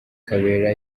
kabera